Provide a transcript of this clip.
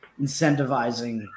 incentivizing